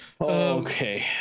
okay